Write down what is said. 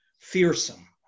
fearsome